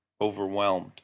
overwhelmed